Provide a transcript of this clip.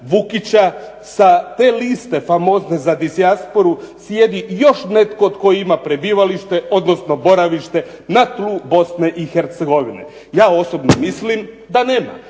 Vukića, sa te liste famozne za dijasporu sjedi još netko tko ima prebivalište, odnosno boravište na tlu BiH? Ja osobno mislim da nema,